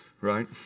Right